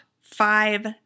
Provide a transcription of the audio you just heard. five